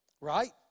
Right